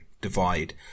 divide